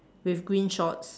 with green shorts